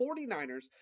49ers